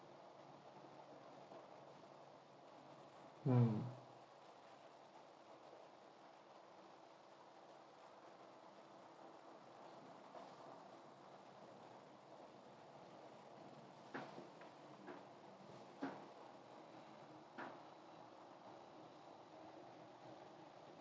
mm